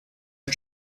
his